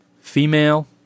Female